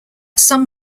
some